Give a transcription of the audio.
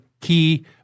key